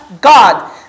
God